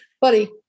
buddy